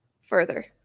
further